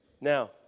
Now